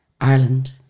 Ireland